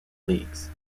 leagues